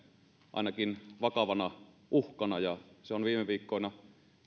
ainakin vakavana uhkana ja se on viime viikkoina